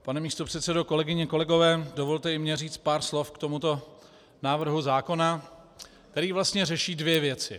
Pane místopředsedo, kolegyně, kolegové, dovolte i mně říct pár slov k tomuto návrhu zákona, který vlastně řeší dvě věci.